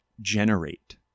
generate